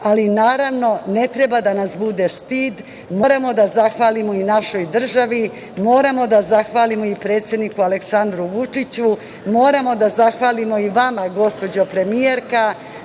ali naravno ne treba da nas bude stid, moramo da zahvalimo i našoj državi, moramo da zahvalimo i predsedniku Aleksandru Vučiću, moramo da zahvalimo i vama, gospođo premijerka,